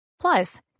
Plus